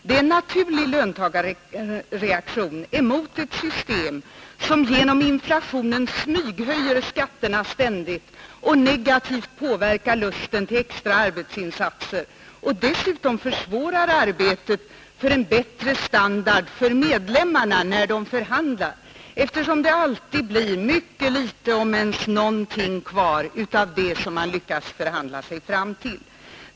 Det är en naturlig löntagarreaktion emot ett system som genom inflationen ständigt smyghöjer skatterna, negativt påverkar lusten till extra arbetsinsatser och dessutom försvårar arbetet för en bättre standard för organisationsmedlemmarna när de förhandlar, eftersom det alltid blir mycket litet om ens någonting kvar av det som man lyckas förhandla sig fram till.